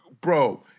Bro